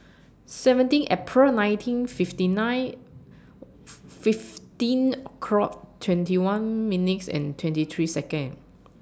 seventeen April nineteen fifty nine fifteen o'clock twenty one minutes and twenty three Seconds